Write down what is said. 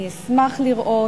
אני אשמח לראות.